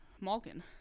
Malkin